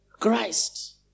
Christ